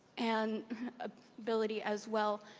and ability as well,